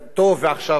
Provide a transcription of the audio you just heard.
אלא מפני שמדיניות